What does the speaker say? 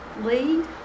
lead